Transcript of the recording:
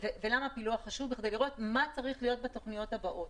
הפילוח הוא חשוב בכדי לראות מה צריך להיות בתוכניות הבאות.